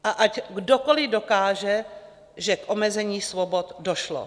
A ať kdokoli dokáže, že k omezení svobod došlo.